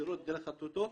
ישירות דרך הטוטו.